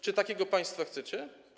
Czy takiego państwa chcecie?